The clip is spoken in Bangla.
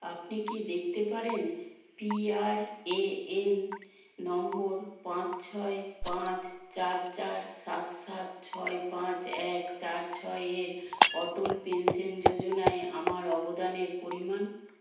আপনি কি দেখতে পারেন পিআরএএন নম্বর পাঁচ ছয় পাঁচ চার চার সাত সাত ছয় পাঁচ এক চার ছয় এর অটল পেনশন যোজনায় আমার অবদানের পরিমাণ